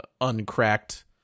uncracked